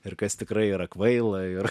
ir kas tikrai yra kvaila ir